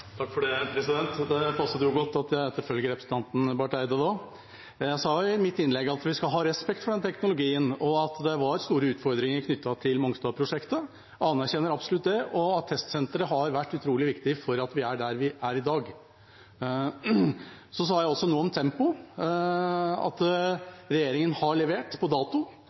Det passet jo da godt at jeg etterfølger representanten Barth Eide. Jeg sa i mitt innlegg at vi skal ha respekt for den teknologien, og at det var store utfordringer knyttet til Mongstad-prosjektet. Jeg anerkjenner absolutt det, og at testsenteret har vært utrolig viktig for at vi er der vi er i dag. Jeg sa også noe om tempo, at regjeringen har levert på dato.